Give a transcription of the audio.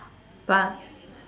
but